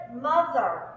mother